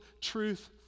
truth